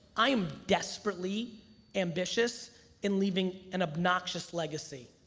i'm desperately ambitious in leaving an obnoxious legacy.